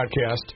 Podcast